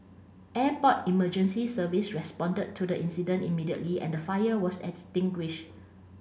Airport Emergency Service responded to the incident immediately and the fire was extinguish